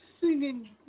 singing